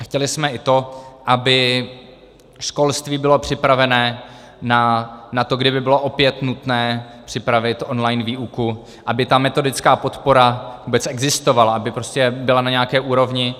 Chtěli jsme i to, aby školství bylo připravené na to, kdyby bylo opět nutné připravit online výuku, aby ta metodická podpora vůbec existovala, aby byla na nějaké úrovni.